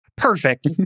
Perfect